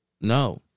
No